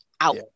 out